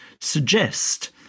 suggest